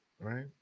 Right